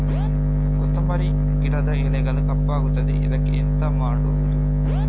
ಕೊತ್ತಂಬರಿ ಗಿಡದ ಎಲೆಗಳು ಕಪ್ಪಗುತ್ತದೆ, ಇದಕ್ಕೆ ಎಂತ ಮಾಡೋದು?